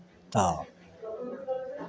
तऽ